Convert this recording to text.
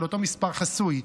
של אותו מספר חסוי,